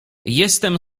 jestem